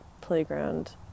playground